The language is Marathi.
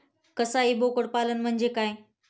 कसाई बोकड पालन म्हणजे काय?